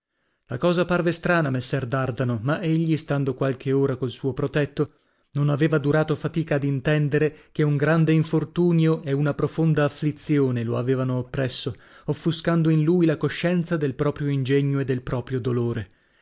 la cosa parve strana a messer dardano ma egli stando qualche ora col suo protetto non aveva durato fatica ad intendere che un grande infortunio e una profonda afflizione lo avevano oppresso offuscando in lui la coscienza del proprio ingegno e del proprio dolore